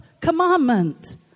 commandment